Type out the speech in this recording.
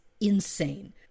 insane